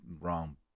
wrong